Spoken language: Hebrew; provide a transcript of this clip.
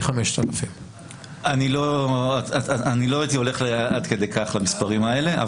5,000. אני לא הייתי הולך עד כדי כך למספרים האלה,